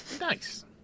Nice